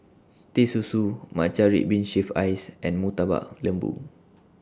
Teh Susu Matcha Red Bean Shaved Ice and Murtabak Lembu